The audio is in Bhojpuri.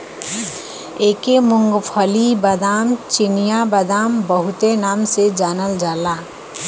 एके मूंग्फल्ली, बादाम, चिनिया बादाम बहुते नाम से जानल जाला